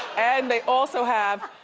and they also have,